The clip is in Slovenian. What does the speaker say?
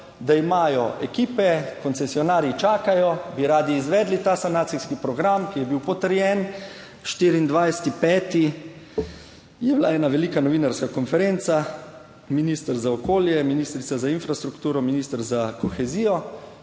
da imajo ekipe, koncesionarji čakajo, bi radi izvedli ta sanacijski program, ki je bil potrjen, 24. 5. je bila ena velika novinarska konferenca, minister za okolje, ministrica za infrastrukturo, minister za kohezijo,